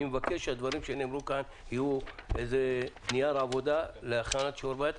אני מבקש שהדברים שנאמרו כאן יהיו נייר עבודה להכנת שיעורי בית.